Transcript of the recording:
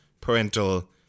parental